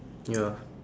ya